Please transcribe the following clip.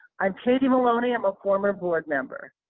i'm katie maloney, i'm a former board member.